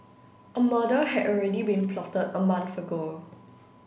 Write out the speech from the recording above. a murder had already been plotted a month ago